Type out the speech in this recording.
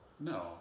No